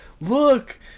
look